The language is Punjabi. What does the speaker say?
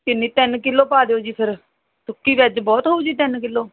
ਕਿੰਨੀ ਤਿੰਨ ਕਿਲੋ ਪਾ ਦਿਓ ਜੀ ਫਿਰ ਸੁੱਕੀ ਵੈੱਜ ਬਹੁਤ ਹੋਊ ਜੀ ਤਿੰਨ ਕਿਲੋ